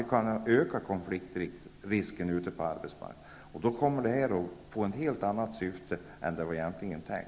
Vi kan då öka konfliktrisken ute på arbetsmarknaden, och då kommer vi att få en helt annan effekt än vad som egentligen var tänkt.